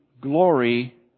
glory